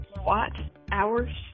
Watt-hours